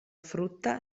frutta